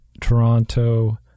Toronto